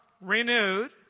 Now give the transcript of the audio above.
renewed